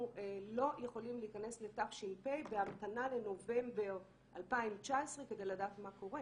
אנחנו לא יכולים להיכנס לתש"פ בהמתנה לנובמבר 2019 כדי לדעת מה קורה,